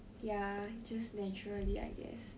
ya just naturally I guess